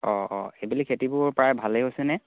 অঁ অঁ এইবেলি খেতিবোৰ প্ৰায় ভালেই হৈছেনে